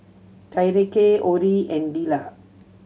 Tyreke Orie and Lila